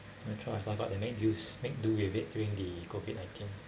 no choice lah but to make use make do with it during the COVID nineteen